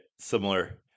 similar